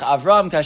Avram